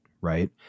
Right